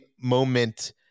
moment